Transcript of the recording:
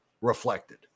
reflected